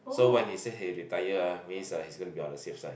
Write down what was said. so when he say he retire ah means ah he's going to be on the safe side